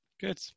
Good